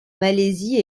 malaisie